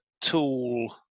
tool